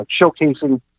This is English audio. showcasing